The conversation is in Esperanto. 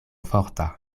forta